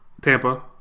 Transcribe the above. Tampa